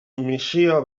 misio